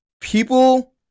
People